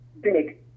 big